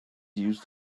used